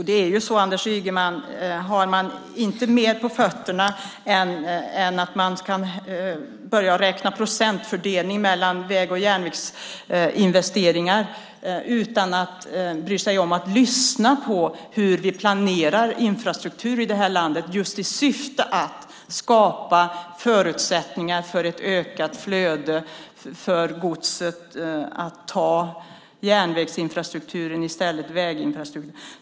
Herr talman! Anders Ygeman, man har inte särskilt mycket på fötterna om man börjar räkna procentfördelning mellan väg och järnvägsinvesteringar utan att bry sig om att lyssna på hur vi planerar infrastruktur i det här landet just i syfte att skapa förutsättningar för ett ökat flöde för gods från väginfrastrukturen till järnväg.